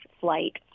flight